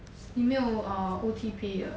你没有 err O_T pay 的